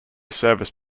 service